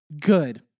Good